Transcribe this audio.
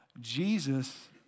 Jesus